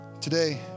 Today